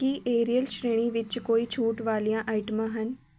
ਕੀ Ariel ਸ਼੍ਰੇਣੀ ਵਿੱਚ ਕੋਈ ਛੂਟ ਵਾਲੀਆਂ ਆਈਟਮਾਂ ਹਨ